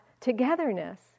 togetherness